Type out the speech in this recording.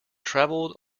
travelled